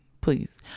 please